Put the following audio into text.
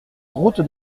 route